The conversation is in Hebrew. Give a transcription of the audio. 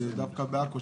שדווקא בעכו,